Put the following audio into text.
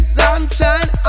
sunshine